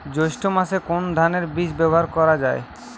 জৈষ্ঠ্য মাসে কোন ধানের বীজ ব্যবহার করা যায়?